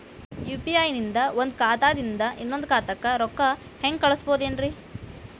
UPI ನಿಂದ ಒಂದ್ ಖಾತಾದಿಂದ ಇನ್ನೊಂದು ಖಾತಾಕ್ಕ ರೊಕ್ಕ ಹೆಂಗ್ ಕಳಸ್ಬೋದೇನ್ರಿ?